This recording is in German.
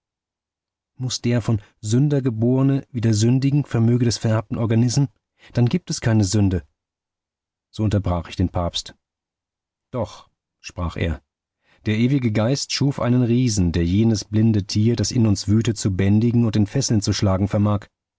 muß der vom sünder geborne wieder sündigen vermöge des vererbten organism dann gibt es keine sünde so unterbrach ich den papst doch sprach er der ewige geist schuf einen riesen der jenes blinde tier das in uns wütet zu bändigen und in fesseln zu schlagen vermag